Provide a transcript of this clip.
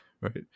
right